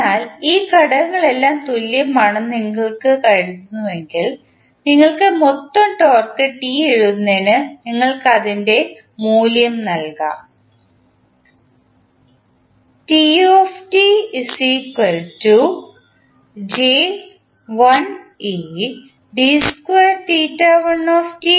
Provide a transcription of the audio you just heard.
അതിനാൽ ഈ ഘടകങ്ങളെല്ലാം തുല്യമാണെന്ന് നിങ്ങൾ കരുതുന്നുവെങ്കിൽ നിങ്ങൾക്ക് മൊത്തം ടോർക്ക് ടി എഴുതുന്നതിന് നിങ്ങൾക്ക് അതിൻറെ മൂല്യം നൽകാം തുല്യമായ കൂലംബ് ടോർക്ക് ആണ്